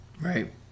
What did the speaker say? Right